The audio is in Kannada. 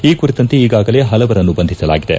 ಈ ಕುರಿತಂತೆ ಈಗಾಗಲೇ ಪಲವರನ್ನು ಬಂದಿಸಲಾಗಿದೆ